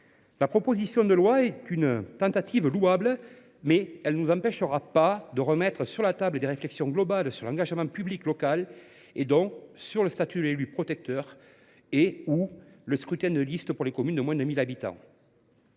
la proposition de loi constitue une tentative louable, elle ne nous empêchera pas de remettre sur la table des réflexions globales sur l’engagement public local, donc sur le statut de l’élu protecteur, ainsi que sur le scrutin de liste pour les communes de moins de 1 000 habitants.